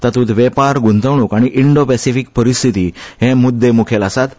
तातूत वेपार ग्रंतवणूक आनी इंडो पेसिफीक परिस्थिती हे मुददे मुखेल आसात